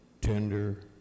tender